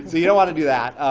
you don't want to do that,